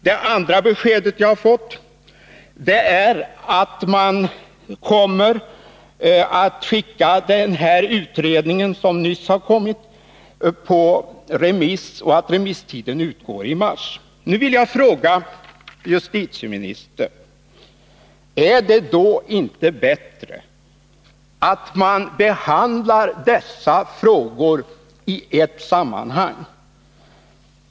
Det andra beskedet jag har fått är att man kommer att skicka det betänkande som nyss har kommit på remiss och att remisstiden utgår i mars. Nu vill jag fråga justitieministern: Är det då inte bättre att man behandlar dessa frågor i ett sammanhang?